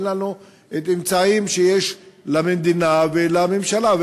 אין לנו האמצעים שיש למדינה ולממשלה.